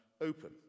open